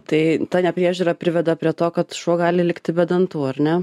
tai ta nepriežiūra priveda prie to kad šuo gali likti be dantų ar ne